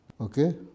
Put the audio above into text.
okay